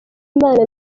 imana